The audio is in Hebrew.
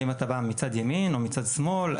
האם אתה בא מצד ימין או מצד שמאל.